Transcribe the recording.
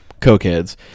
cokeheads